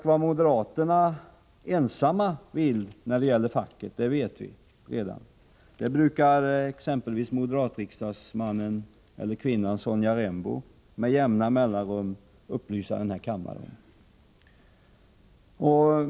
Vad moderaterna vill när det gäller facket vet vi ju, det brukar exempelvis Sonja Rembo upplysa kammarens ledamöter om med jämna mellanrum.